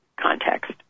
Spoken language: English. context